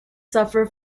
suffer